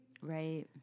Right